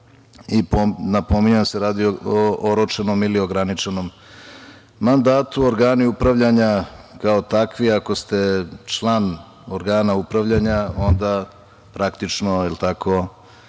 i napominjem da se radi o oročenom ili ograničenom mandatu. Organi upravljanja kao takvi ako ste član organa upravljanja onda praktično na neki